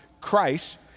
Christ